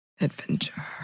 Adventure